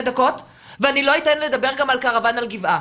דקות ואני לא אתן לדבר גם על קרוון על גבעה,